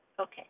okay